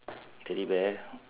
teddy bear